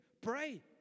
Pray